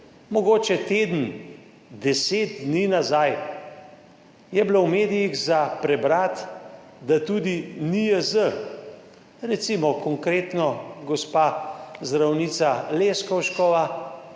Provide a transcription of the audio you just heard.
Mogoče teden, deset dni nazaj smo v medijih lahko prebrali, da tudi NIJZ, recimo konkretno gospa zdravnica Leskovšek,